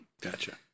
Gotcha